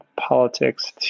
politics